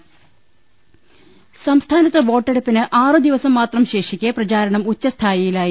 ള ൽ ൾ സംസ്ഥാനത്ത് വോട്ടെടുപ്പിന് ആറു ദിവസം മാത്രം ശേഷിക്കെ പ്രചാരണം ഉച്ചസ്ഥായിയിലായി